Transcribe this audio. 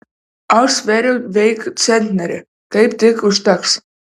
aš svėriau veik centnerį kaip tik užteks